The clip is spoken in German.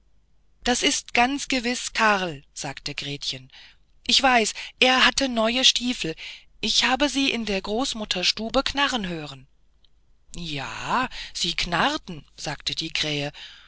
das ist ganz gewiß karl sagte gretchen ich weiß er hatte neue stiefel ich habe sie in der großmutter stube knarren hören ja sie knarrten sagte die krähe